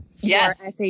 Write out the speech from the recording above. Yes